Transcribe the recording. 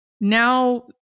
Now